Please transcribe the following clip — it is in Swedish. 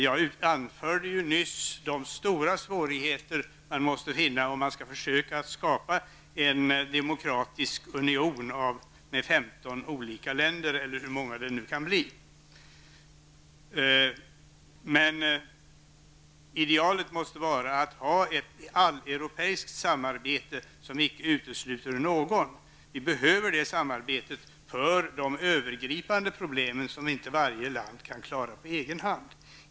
Jag anförde nyss de stora svårigheter man måste övervinna om man skall försöka skapa en demokratisk union med 15 olika länder, eller hur många det nu kan bli. Idealet måste vara att ha ett alleuropeiskt samarbete som inte utesluter någon. Vi behöver det samarbetet för att lösa de övergripande problemen som inte varje land kan klara på egen hand.